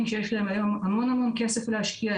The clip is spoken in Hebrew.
שיש להם היום המון המון כסף להשקיע.